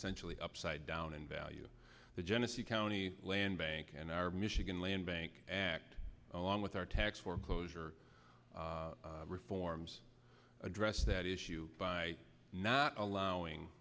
essentially upside down in value the genesee county land bank and our michigan land bank act along with our tax foreclosure reforms address that issue by not allowing